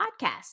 podcast